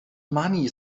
money